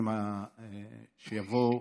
בשנים שיבואו,